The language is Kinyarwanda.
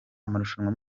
amarushanwa